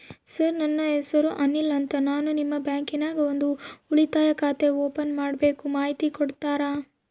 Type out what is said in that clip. Sir ನನ್ನ ಹೆಸರು ಅನಿಲ್ ಅಂತ ನಾನು ನಿಮ್ಮ ಬ್ಯಾಂಕಿನ್ಯಾಗ ಒಂದು ಉಳಿತಾಯ ಖಾತೆ ಓಪನ್ ಮಾಡಬೇಕು ಮಾಹಿತಿ ಕೊಡ್ತೇರಾ?